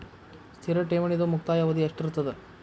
ಸ್ಥಿರ ಠೇವಣಿದು ಮುಕ್ತಾಯ ಅವಧಿ ಎಷ್ಟಿರತದ?